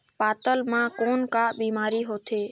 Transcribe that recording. पातल म कौन का बीमारी होथे?